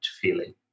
feeling